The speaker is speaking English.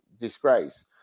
disgrace